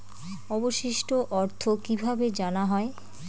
অবশিষ্ট অর্থ কিভাবে জানা হয়?